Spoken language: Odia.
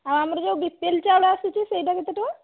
ଆଉ ଆମର ଯେଉଁ ବି ପି ଏଲ୍ ଚାଉଳ ଆସୁଛି ସେଇଟା କେତେ ଟଙ୍କା